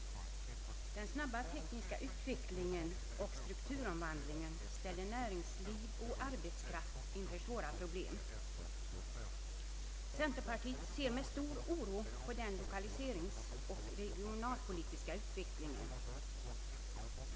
Herr talman! Den snabba tekniska utvecklingen och strukturomvandlingen ställer näringsliv och arbetskraft inför svåra problem. Centerpartiet ser med stor oro på den lokaliseringsoch regionalpolitiska utvecklingen.